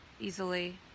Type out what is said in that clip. easily